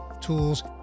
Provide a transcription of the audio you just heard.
tools